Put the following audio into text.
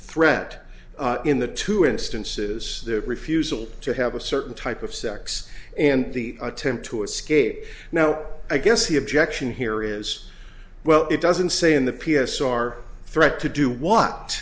threat in the two instances the refusal to have a certain type of sex and the attempt to escape now i guess the objection here is well it doesn't say in the p s r thread to do what